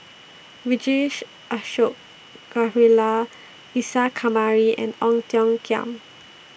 Vijesh Ashok Ghariwala Isa Kamari and Ong Tiong Khiam